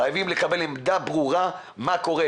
חייבים לקבל עמדה ברורה מה קורה: